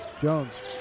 Jones